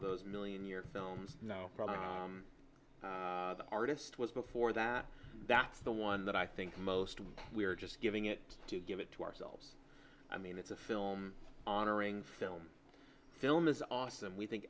of those million year films probably the artist was before that that's the one that i think most we're just giving it to give it to ourselves i mean it's a film honoring film film is awesome we think